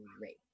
rate